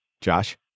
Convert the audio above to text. Josh